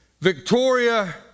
Victoria